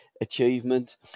achievement